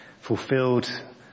fulfilled